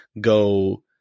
go